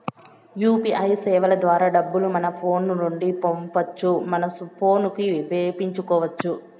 UPI సేవల ద్వారా డబ్బులు మన ఫోను నుండి పంపొచ్చు మన పోనుకి వేపించుకొచ్చు